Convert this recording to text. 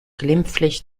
glimpflich